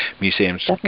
museums